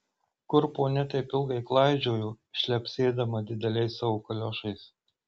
kur ponia taip ilgai klaidžiojo šlepsėdama dideliais savo kaliošais